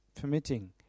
permitting